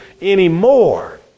anymore